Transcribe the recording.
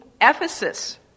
Ephesus